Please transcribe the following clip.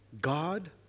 God